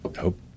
hope